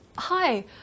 Hi